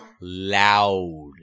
loud